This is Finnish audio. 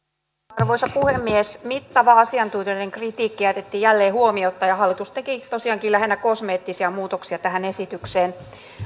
arvoisa puhemies mittava asiantuntijoiden kritiikki jätettiin jälleen huomiotta ja hallitus teki tosiaankin lähinnä kosmeettisia muutoksia tähän esitykseen